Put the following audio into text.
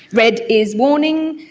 red is warning,